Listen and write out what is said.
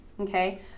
okay